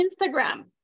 Instagram